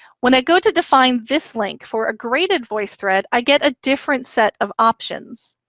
when i go to define this link for a graded voicethread, i get a different set of options.